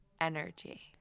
energy